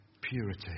purity